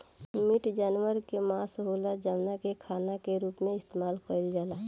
meat जानवर के मांस होला जवना के खाना के रूप में इस्तेमाल कईल जाला